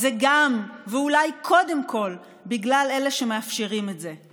זה גם, ואולי קודם כול, בגלל אלה שמאפשרים את זה.